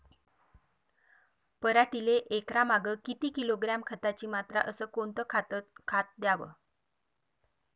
पराटीले एकरामागं किती किलोग्रॅम खताची मात्रा अस कोतं खात द्याव?